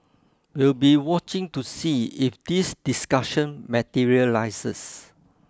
we'll be watching to see if this discussion materialises